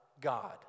God